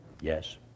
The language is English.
Yes